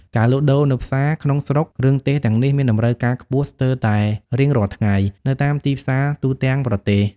ការលក់ដូរនៅផ្សារក្នុងស្រុក គ្រឿងទេសទាំងនេះមានតម្រូវការខ្ពស់ស្ទើរតែរៀងរាល់ថ្ងៃនៅតាមទីផ្សារទូទាំងប្រទេស។